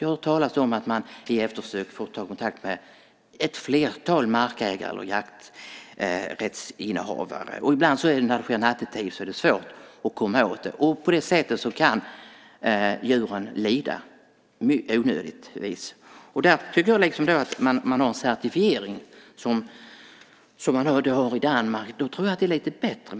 Det har talats om att man vid eftersök har fått ta kontakt med ett flertal markägare och jakträttsinnehavare. Ibland, när det sker nattetid, är det svårt att komma åt att göra det, och på det sättet kan djuren lida onödigt mycket. Därför tycker jag att man borde ha en certifiering, som man har i Danmark. Då tror jag att det blir lite bättre.